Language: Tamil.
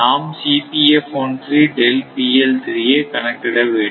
நாம் ஐ கணக்கிட வேண்டும்